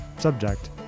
subject